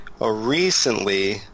recently